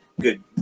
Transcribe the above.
good